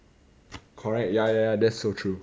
correct ya ya ya that is so true